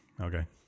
Okay